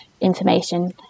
information